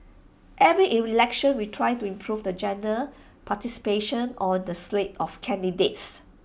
every election we try to improve the gender participation on the slate of candidates